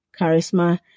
charisma